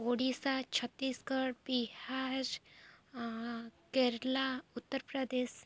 Odisha Chhattisgarh Bihar Kerala Uttar Pradesh